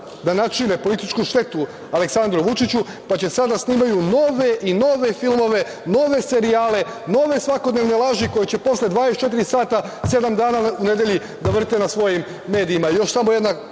da načine političku štetu Aleksandru Vučiću, pa će sada da snimaju nove i nove filmove, nove serijale, nove svakodnevne laži, koje će posle 24 sata, sedam dana u nedelji da vrte na svojim medijima. Još